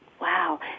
Wow